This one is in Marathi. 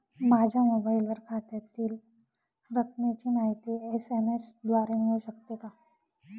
माझ्या मोबाईलवर खात्यातील रकमेची माहिती एस.एम.एस द्वारे मिळू शकते का?